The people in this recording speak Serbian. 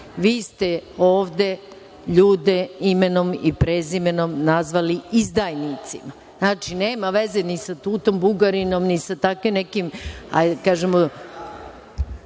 Vi ste ovde ljude imenom i prezimenom nazvali izdajnicima. Znači, nema veze ni sa Tutom Bugarinom, ni sa takvim nekim